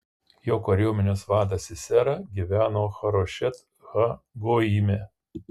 jo kariuomenės vadas sisera gyveno harošet ha goime